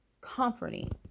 comforting